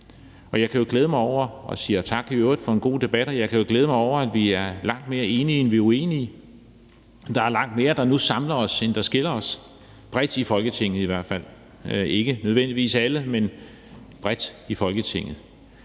vejen igennem. Jeg siger i øvrigt tak for en god debat og kan jo glæde mig over, at vi er langt mere enige, end vi er uenige; at der er langt mere nu, der samler os, end der skiller os – bredt i Folketinget i hvert fald, altså ikke nødvendigvis alle, men bredt i Folketinget.